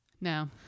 No